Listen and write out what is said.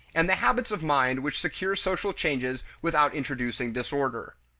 and the habits of mind which secure social changes without introducing disorder.